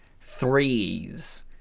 threes